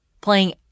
playing